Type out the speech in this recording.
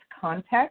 context